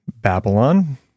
babylon